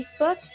Facebook